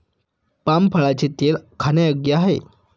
palm फळाचे तेल खाण्यायोग्य आहे